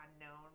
unknown